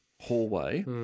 hallway